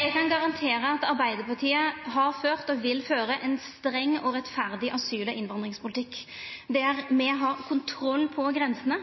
Eg kan garantera at Arbeidarpartiet har ført og vil føra ein streng og rettferdig asyl- og innvandringspolitikk der me har kontroll på grensene,